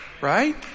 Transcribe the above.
Right